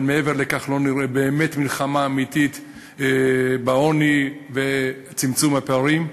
אבל מעבר לכך לא נראה באמת מלחמה אמיתית בעוני וצמצום הפערים.